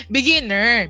Beginner